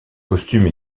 costume